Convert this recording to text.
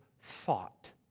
thought